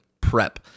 prep